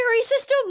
system